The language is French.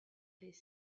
les